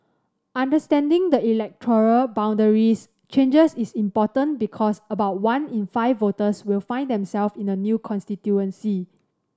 understanding the electoral boundaries changes is important because about one in five voters will find themselves in a new constituency